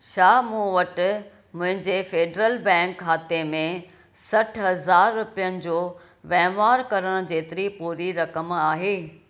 छा मूं वटि मुंहिंजे फ़ेडरल बैंक खाते में सठि हज़ार रुपियनि जो वहिंवार करण जेतिरी पूरी रक़म आहे